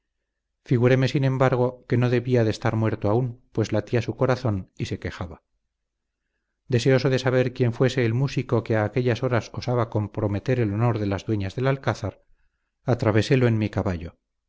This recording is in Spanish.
figuréme sin embargo que no debía de estar muerto aún pues latía su corazón y se quejaba deseoso de saber quién fuese el músico que a aquellas horas osaba comprometer el honor de las dueñas del alcázar atravesélo en mi caballo